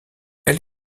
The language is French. elle